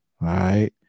right